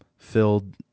filled